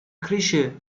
крыше